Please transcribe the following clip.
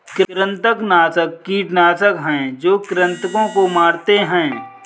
कृंतकनाशक कीटनाशक हैं जो कृन्तकों को मारते हैं